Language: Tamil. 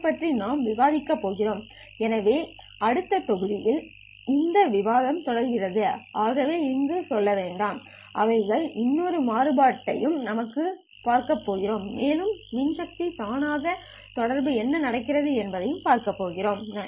இதைப் பற்றி நாம் விவாதிக்கப் போகிறோம் எனவே அடுத்த தொகுதியில் இந்த விவாதம் தொடர்கிறது ஆகவே எங்கும் செல்ல வேண்டாம் அவைகளின் ஒவ்வொரு மாறுபாட்டையும் நாம் பார்க்கப்போகிறோம் மேலும் மின்சக்திதானாக தொடர்பு என்ன நடக்கிறது என்பதைப் பற்றிம் பேசுவோம்